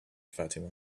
fatima